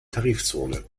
tarifzone